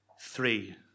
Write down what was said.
Three